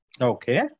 Okay